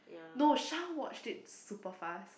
no Shah watched it super fast